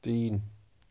تین